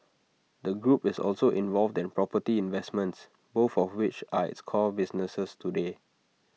the group is also involved in property investments both of which are its core businesses today